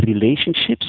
relationships